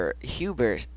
Huber